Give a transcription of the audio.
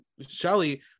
shelly